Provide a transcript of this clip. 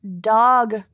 dog